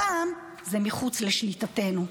הפעם זה מחוץ לשליטתנו.